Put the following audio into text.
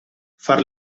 far